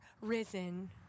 risen